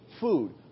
food